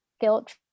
guilt